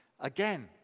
again